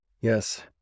Yes